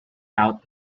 out